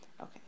Okay